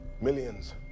Millions